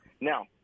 Now